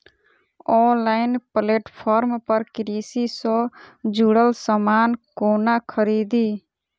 Online platform पर कृषि सँ जुड़ल समान कोना खरीदी?